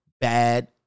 bad